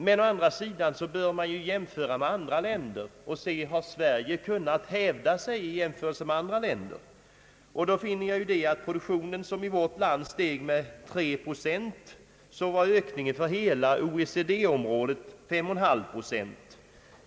Men å andra sidan bör man jämföra med andra länder för att se hur Sverige har kunnat hävda sig i förhållande till dem. Vid en sådan jämförelse finner jag att medan produktionen i vårt land steg med 3 procent i fjol var ökningen för hela OECD-området 5,5 procent.